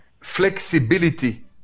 Flexibility